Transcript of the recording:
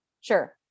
Sure